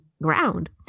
Ground